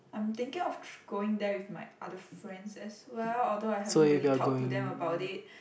I'm thinking of tr~ going there with my other friends as well although I haven't really talk to them about it